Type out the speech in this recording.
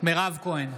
מאיר כהן,